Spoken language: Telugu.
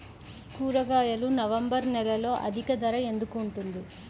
కూరగాయలు నవంబర్ నెలలో అధిక ధర ఎందుకు ఉంటుంది?